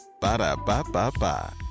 Ba-da-ba-ba-ba